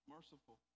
Merciful